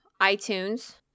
iTunes